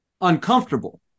uncomfortable